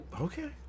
Okay